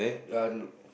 ya